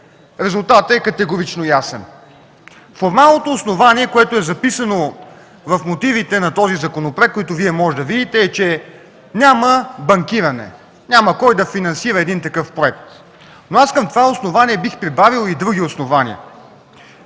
резултатът е категорично ясен. Формалното основание, записано в мотивите на този законопроект, които Вие може да видите, е, че няма банкиране – няма кой да финансира такъв проект. Към това основание аз бих прибавил и други основания.